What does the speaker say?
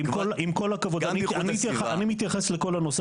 שלוש נקודות שאני רוצה להעלות.